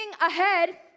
ahead